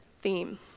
theme